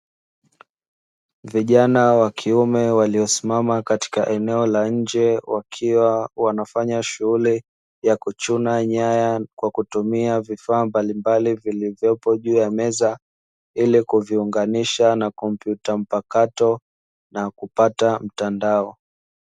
Vijana wa kiume waliosimama katika eneo la nje wakiwa wanafanya shughuli za kuchuna nyaya kwa kutumia vifaa mbalimbali vilivyopo juu ya meza ili kuviunganisha na kompyuta mpakato na kupata mtandao.